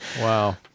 Wow